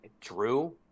Drew